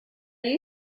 you